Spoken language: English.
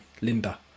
Linda